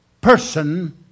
person